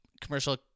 commercial